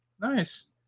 Nice